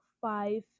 five